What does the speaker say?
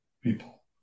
people